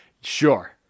Sure